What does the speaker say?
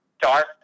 dark